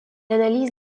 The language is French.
analyse